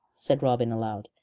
said robin aloud,